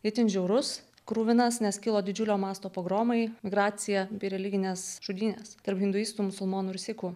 itin žiaurus kruvinas nes kilo didžiulio mąsto pogromai migracija bei religinės žudynės tarp hinduistų musulmonų ir sikų